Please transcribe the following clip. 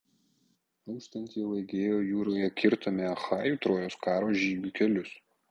auštant jau egėjo jūroje kirtome achajų trojos karo žygių kelius